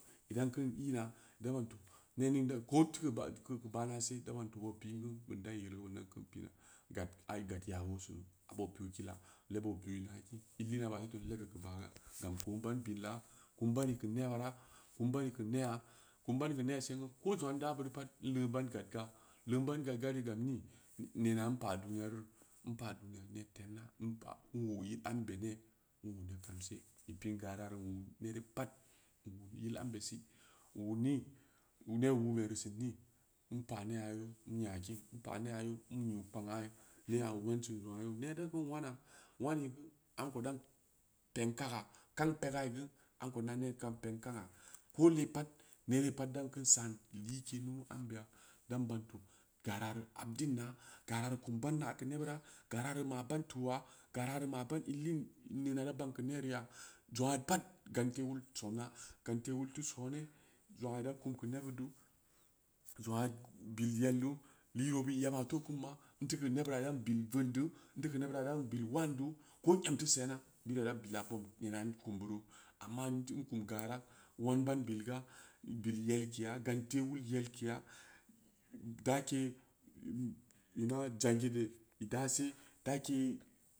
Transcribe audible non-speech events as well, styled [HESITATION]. Idan kin ina ida ban tooh ne ning da ko teu keu baah teu keu baahnase ida ban tooh boopin ku beun dan yilwo dan kin pina gad ai gad ya wosunu bo piu kda leb o piika kin in lina ba seto in lebii keu baah ga gam koon ban billa kum in bani keu nebura kum in bani keu ne'a kum in ban keu nesen ge ko zong aa in da buri pat in lee in ban gad ga lee in ban gad gari gam ni [HESITATION] nena in paa duniya ru'u in paa duniya ne tednna in paa ko yil ambe ne [UNINTELLIGIBLE] in pui gararu in wuu nere pat in wu'u yil ambe si in wuu ni wu'u ne wu'u beri sin ni in paa ne'a yeu in nya kin in paa ne'a yen in yiu kpangaa ne'a o yenci jong aa yeu ne'a diai kin wana wanni gen am kou dan peng kaga kagn peng aa geu am kou in da neb kam peng kaga ko lee pat nere pat dan kin san like numu ambe ya dan ban tooh garari haddinna garari kum banna keu nebura gara ri ma ban tu'a garari ma ban inlin nena da bagn keu neriya jong aa pat gante wul sona gante wul te sone jong aa da kum keu nebuddu jong aa bilyeldu liro ben emato kuma in teu keu nebura idan bil vetin du in teu keu nebura in dan bil wandu ko in em teu sena bid ya ida bila boom nena in kum buru am in teu in kum gara wan in ban bilga bil leehkeya gante wul yelkeya [HESITATION] dake [HESITATION] in jangurde ida se dake